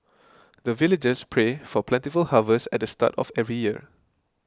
the villagers pray for plentiful harvest at start of every year